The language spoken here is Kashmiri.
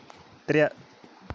ترٛےٚ